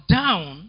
down